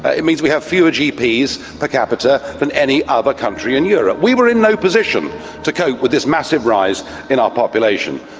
ah it means we have fewer gps per ah capita than any other country in europe. we were in no position to cope with this massive rise in our population.